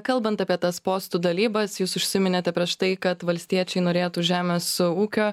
kalbant apie tas postų dalybas jūs užsiminėte prieš tai kad valstiečiai norėtų žemės ūkio